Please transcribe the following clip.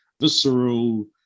visceral